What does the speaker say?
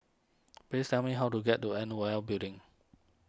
please tell me how to get to N O L Building